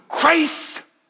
grace